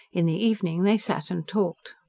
in the evening they sat and talked.